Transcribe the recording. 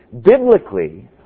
biblically